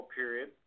period